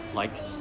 likes